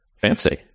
Fancy